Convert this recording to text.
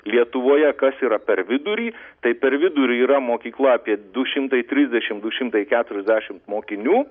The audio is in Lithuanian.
lietuvoje kas yra per vidurį tai per vidurį yra mokykla apie du šimtai trisdešimt du šimtai keturiasdešimt mokinių